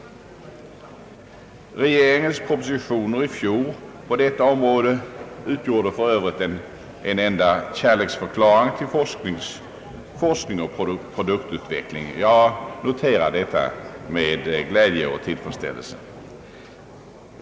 Regeringens propositioner i fjol på detta område utgjorde för övrigt en enda kärleksförklaring till forskning och produktutveckling. Jag noterar detta med glädje och tillfredsställelse.